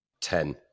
Ten